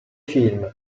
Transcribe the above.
film